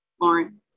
Lauren